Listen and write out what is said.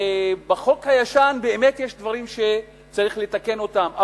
בחוק הישן באמת יש דברים שצריך לתקן אותם,